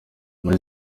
muri